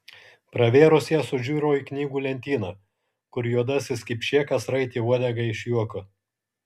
pravėrus jas sužiuro į knygų lentyną kur juodasis kipšėkas raitė uodegą iš juoko